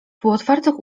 półotwartych